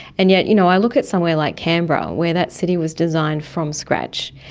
and yet you know i look at somewhere like canberra where that city was designed from scratch,